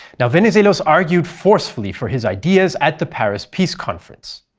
and venizelos argued forcefully for his ideas at the paris peace conference.